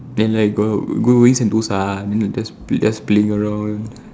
and like go going Sentosa then just play~ playing around